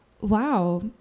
wow